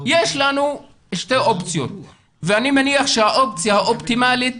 יש לנו שתי אופציות ואני מניח שהאופציה האופטימלית